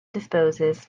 disposes